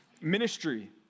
ministry